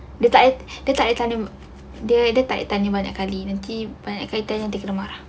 dia takde takde tanya dia takde tanya banyak kali nanti banyak tanya dia kena marah